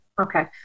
Okay